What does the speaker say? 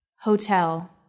Hotel